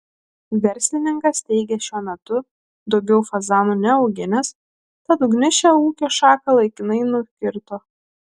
verslininkas teigė šiuo metu daugiau fazanų neauginęs tad ugnis šią ūkio šaką laikinai nukirto